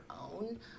own